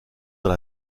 dans